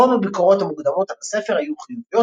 רוב הביקורות המוקדמות על הספר היו חיוביות